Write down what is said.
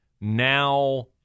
now